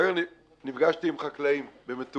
היום נפגשתי עם חקלאים במטולה,